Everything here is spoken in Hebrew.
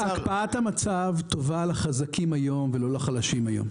המצב טובה לחזקים היום ולא לחלשים היום,